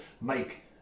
make